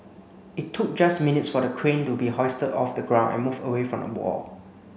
it took just minutes for the crane to be hoisted off the ground and moved away from the wall